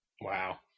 Wow